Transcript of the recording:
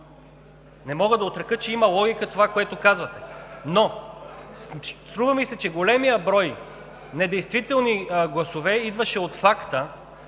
Не мога да отрека, че има логика в това, което казвате, но струва ми се, че големият брой недействителни гласове идваше от факта,